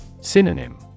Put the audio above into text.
Synonym